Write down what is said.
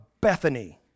Bethany